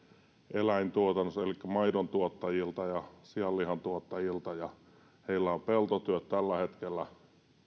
eläintuotannosta elikkä maidontuottajilta ja sianlihantuottajilta heillä on peltotyöt tällä hetkellä